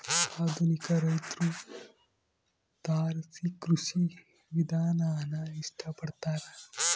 ಆಧುನಿಕ ರೈತ್ರು ತಾರಸಿ ಕೃಷಿ ವಿಧಾನಾನ ಇಷ್ಟ ಪಡ್ತಾರ